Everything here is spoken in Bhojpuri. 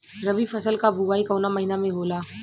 रबी फसल क बुवाई कवना महीना में होला?